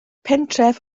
pentref